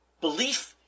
belief